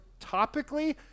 topically